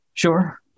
Sure